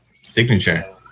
Signature